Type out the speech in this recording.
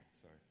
Sorry